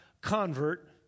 convert